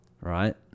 Right